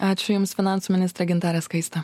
ačiū jums finansų ministrė gintarė skaistė